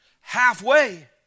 Halfway